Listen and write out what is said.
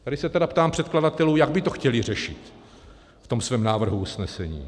Tady se tedy ptám předkladatelů, jak by to chtěli řešit v tom svém návrhu usnesení.